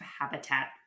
habitat